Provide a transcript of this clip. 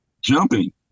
jumping